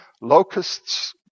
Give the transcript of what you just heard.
locusts